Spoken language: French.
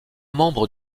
membres